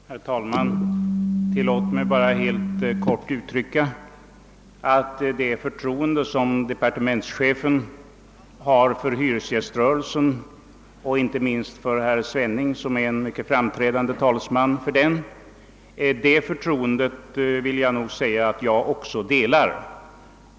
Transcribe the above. Herr talman! Tillåt mig bara helt kort säga att det förtroende som departementschefen hyser för hyresgäströrelsen och för herr Svenning — som är en mycket framträdande talesman för hyresgästerna — delar också jag.